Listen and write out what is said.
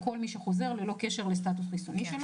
לכל מי שחוזר ללא קשר לסטטוס מסוים.